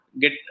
get